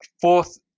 fourth